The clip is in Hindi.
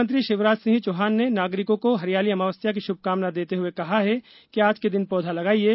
मुख्यमंत्री शिवराज सिंह चौहान ने नागरिकों को हरियाली अमावस्या की शुभकामना देते हुए कहा है कि आज के दिन पौधा लगाइये